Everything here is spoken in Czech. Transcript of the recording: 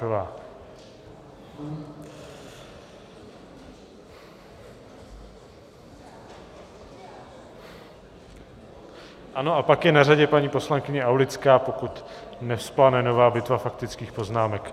Ano a pak je na řadě paní poslankyně Aulická, pokud nevzplane nová bitva faktických poznámek.